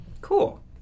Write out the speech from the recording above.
Cool